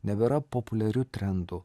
nebėra populiariu trendu